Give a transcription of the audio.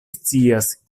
scias